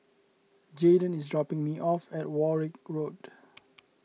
Jayden is dropping me off at Warwick Road